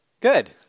Good